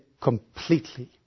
completely